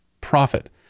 profit